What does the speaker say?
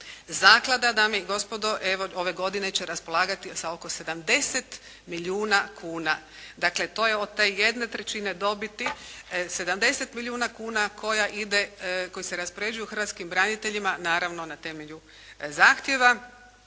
Zaklada dame i gospodo, evo ove godine će raspolagati sa oko 70 milijuna kuna. Dakle to je od te jedne trećine dobiti 70 milijuna kuna koji se raspoređuju hrvatskim braniteljima naravno na temelju zahtjeva